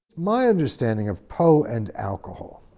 my understanding of poe and alcohol.